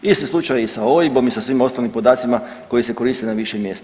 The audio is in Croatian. Isti slučaj i sa OIB-om i sa svim ostalim podacima koji se koriste na više mjesta.